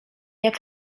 jak